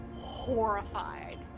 horrified